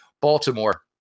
Baltimore